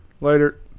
Later